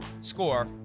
Score